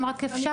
אם רק אפשר.